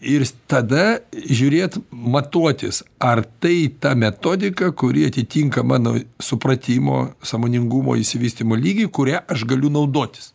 ir tada žiūrėt matuotis ar tai ta metodika kuri atitinka mano supratimo sąmoningumo išsivystymo lygį kuria aš galiu naudotis